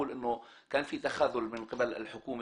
תציג את עצמך,